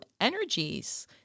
energies